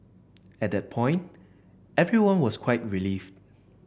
at that point everyone was quite relieved